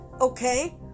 okay